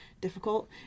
difficult